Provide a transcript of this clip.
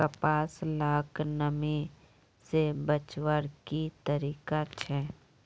कपास लाक नमी से बचवार की तरीका छे?